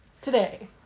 today